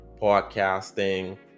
podcasting